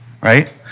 right